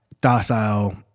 docile